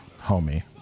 homie